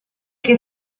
che